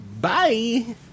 Bye